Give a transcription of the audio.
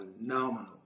phenomenal